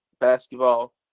basketball